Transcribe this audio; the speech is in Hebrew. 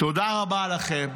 תודה רבה לכם.